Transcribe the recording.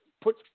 put